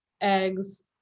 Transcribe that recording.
eggs